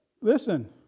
listen